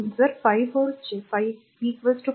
म्हणून जर 5V चे V 5